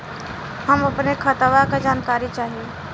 हम अपने खतवा क जानकारी चाही?